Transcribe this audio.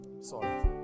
sorry